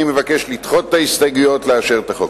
אני מבקש לדחות את ההסתייגויות ולאשר את החוק.